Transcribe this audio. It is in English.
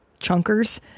chunkers